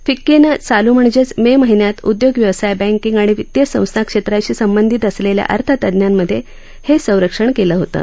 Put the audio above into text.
फिक्कीनं चालू म्हणजेच मे महिन्यात उद्योग व्यवसाय बँकींग आणि वित्तीय संस्था क्षेत्रांशी संबंधीत असलेल्या अर्थतज्ञांमध्ये हे सर्वेक्षण केलं होतं